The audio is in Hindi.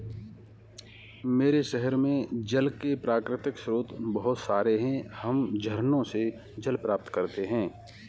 मेरे शहर में जल के प्राकृतिक स्रोत बहुत सारे हैं हम झरनों से जल प्राप्त करते हैं